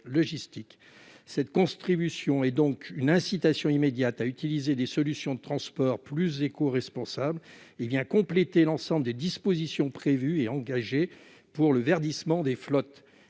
Cette contribution est donc une incitation immédiate à utiliser des solutions de transport plus écoresponsables et permet de compléter l'ensemble des dispositions prévues et engagées pour le verdissement des flottes.